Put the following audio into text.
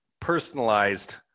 personalized